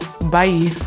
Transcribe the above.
Bye